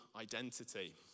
identity